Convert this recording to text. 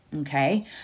Okay